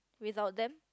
without them